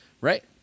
Right